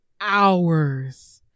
hours